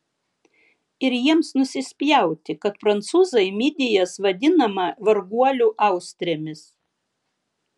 ir jiems nusispjauti kad prancūzai midijas vadinama varguolių austrėmis